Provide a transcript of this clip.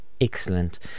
Excellent